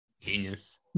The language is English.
Genius